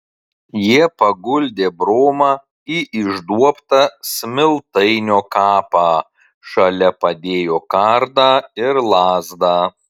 jie paguldė bromą į išduobtą smiltainio kapą šalia padėjo kardą ir lazdą